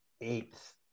eighth